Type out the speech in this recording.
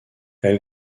elle